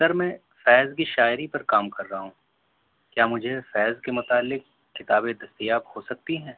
سر میں فیض کی شاعری پر کام کر رہا ہوں کیا مجھے فیض کے متعلق کتابیں دستیاب ہو سکتی ہیں